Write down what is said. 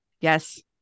Yes